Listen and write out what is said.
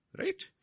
Right